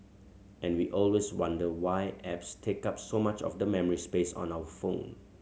and we always wonder why apps take up so much of the memory space on our phone